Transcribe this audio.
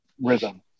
rhythm